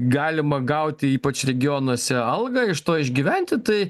galima gauti ypač regionuose algą iš to išgyventi tai